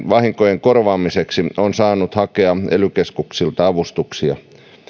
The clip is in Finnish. vahinkojen korvaamiseksi on saanut hakea ely keskuksilta avustuksia